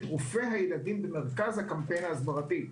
רופאי הילדים במרכז הקמפיין ההסברתי.